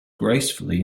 gracefully